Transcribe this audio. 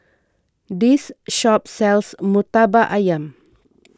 this shop sells Murtabak Ayam